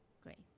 Great